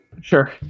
sure